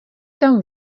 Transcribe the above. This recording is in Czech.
tam